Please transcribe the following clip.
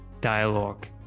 dialogue